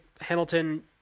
Hamilton